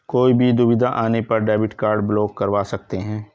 कोई भी दुविधा आने पर डेबिट कार्ड ब्लॉक करवा सकते है